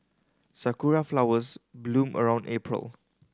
sakura flowers bloom around April